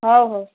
ହଉ ହଉ